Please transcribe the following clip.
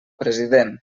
president